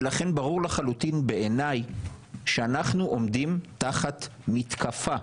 ולכן ברור לחלוטין בעיני שאנחנו עומדים תחת מתקפה,